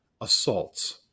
assaults